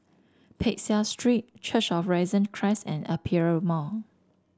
Peck Seah Street Church of Risen Christ and Aperia Mall